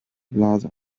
plaza